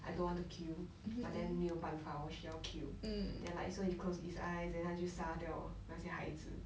I don't want to kill but then 没有办法我需要 kill then like so he close his eyes then 他就杀掉那些孩子